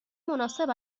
مناسب